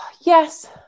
Yes